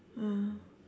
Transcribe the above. ah